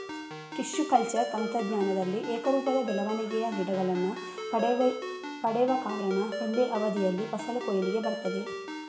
tissue culture ತಂತ್ರಜ್ಞಾನದಲ್ಲಿ ಏಕರೂಪದ ಬೆಳವಣಿಗೆಯ ಗಿಡಗಳನ್ನ ಪಡೆವ ಕಾರಣ ಒಂದೇ ಅವಧಿಯಲ್ಲಿ ಫಸಲು ಕೊಯ್ಲಿಗೆ ಬರ್ತದೆ